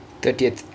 thirtieth